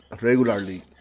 regularly